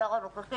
השר הנוכחי,